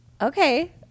Okay